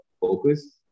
focus